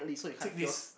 take this